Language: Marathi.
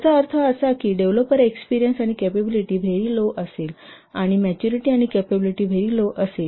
याचा अर्थ असा की डेव्हलोपर एक्सपेरियन्स आणि कॅपॅबिलिटी व्हेरी लो असेल आणि मॅच्युरिटी आणि कॅपाबिलिटी व्हेरी लो असेल